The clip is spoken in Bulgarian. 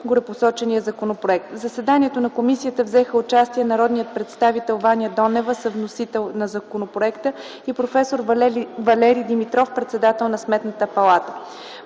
горепосочения законопроект. В заседанието на Комисията взеха участие народният представител Ваня Донева, съвносител на законопроекта, и проф. Валери Димитров – председател на Сметната палата.